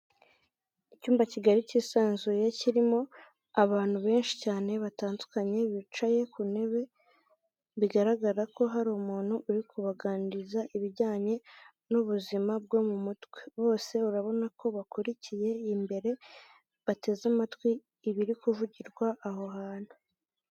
Icyumba kigari cy'isanzuye kirimo abantu benshi cyane batandukanye, bicaye ku ntebe bigaragara ko hari umuntu uri kubaganiriza ibijyanye n'ubuzima bwo mu mutwe, bose urabona ko bakurikiye imbere bateze amatwi ibiri kuvugirwa aho hantu.